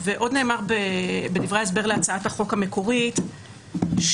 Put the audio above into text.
עוד נאמר בדברי ההסבר להצעת החוק המקורית שההוראות